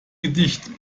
gedicht